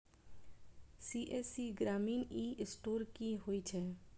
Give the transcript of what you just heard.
CSC ग्रामीण e store की होइ छै?